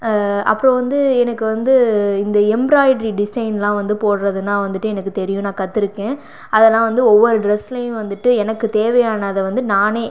அப்போ வந்து எனக்கு வந்து இந்த எம்ராய்ட்ரி டிசைன்லாம் வந்து போடுறதுன்னா வந்துட்டு எனக்கு தெரியும் நான் கற்றுருக்கேன் அதெல்லாம் வந்து ஒவ்வொரு ட்ரெஸ்லேயும் வந்துட்டு எனக்கு தேவையானதை வந்து நானே